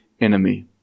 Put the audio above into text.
enemy